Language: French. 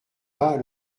pas